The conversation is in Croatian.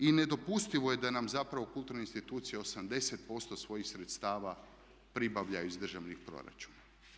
I nedopustivo je da nam zapravo kulturne institucije 80% svojih sredstava pribavlja iz državnih proračuna.